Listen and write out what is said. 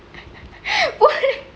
what